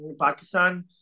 Pakistan